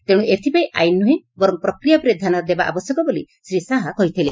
ତେଣୁ ଏଥପାଇଁ ଆଇନ ନୁହେଁ ବରଂ ପ୍ରକ୍ରିୟା ଉପରେ ଧ୍ଧାନ ଦେବା ଆବଶ୍ୟକ ବୋଲି ଶ୍ରୀ ଶାହା କହିଥିଲେ